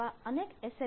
આવા અનેક એસ